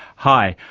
hi,